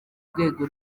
rwego